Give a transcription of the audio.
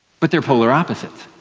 but they're polar opposites.